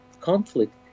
conflict